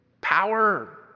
power